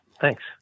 Thanks